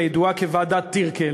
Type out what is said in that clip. הידועה כוועדת טירקל,